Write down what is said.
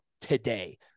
today